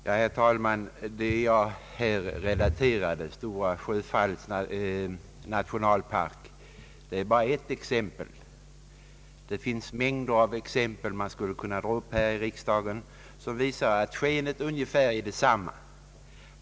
Herr talman! Det jag relaterade om Stora Sjöfallets nationalpark utgör bara ett exempel. Det finns mängder av exempel som skulle kunna dragas upp och som visar att skeendet brukar vara ungefär detsamma.